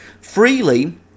freely